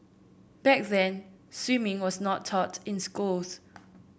back then swimming was not taught in schools